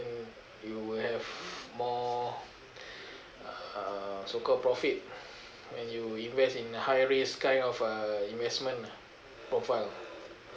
you will have more uh so called profit when you invest in high risk kind of uh investment lah profile